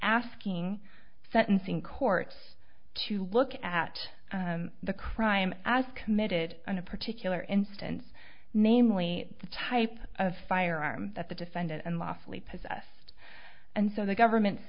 asking sentencing courts to look at the crime as committed on a particular instance namely the type of firearm that the defendant unlawfully possessed and so the government's